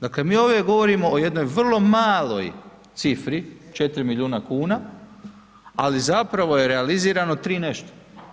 Dakle, mi ovdje govorimo o jednoj vrlo maloj cifri, 4 milijuna kuna ali zapravo je realizirano 3 i nešto.